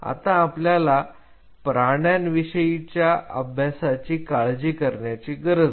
आता आपल्याला प्राण्यांविषयी च्या अभ्यासाची काळजी करण्याची गरज नाही